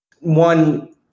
one